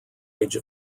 age